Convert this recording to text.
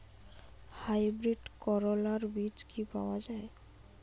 Hybrid করলার বীজ কি পাওয়া যায়?